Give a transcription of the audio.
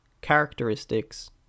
characteristics